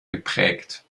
geprägt